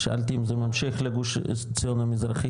שאלתי אם זה ממשיך לגוש עציון המזרחי,